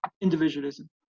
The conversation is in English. individualism